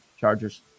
Chargers